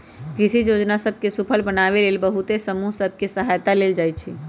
कृषि जोजना सभ के सूफल बनाबे लेल बहुते समूह सभ के सहायता लेल जाइ छइ